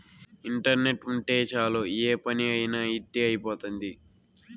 internet ఉంటే చాలు ఏ పని అయినా ఇట్టి అయిపోతుంది